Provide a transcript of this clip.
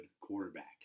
quarterback